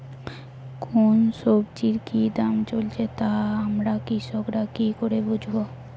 কোন সব্জির কি দাম চলছে তা আমরা কৃষক রা কি করে বুঝবো?